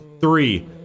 three